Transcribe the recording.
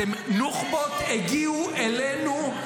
נוח'בות הגיעו אלינו,